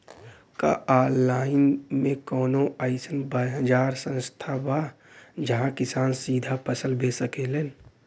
का आनलाइन मे कौनो अइसन बाजार स्थान बा जहाँ किसान सीधा फसल बेच सकेलन?